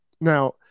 Now